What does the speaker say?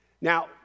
Now